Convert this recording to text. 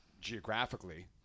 geographically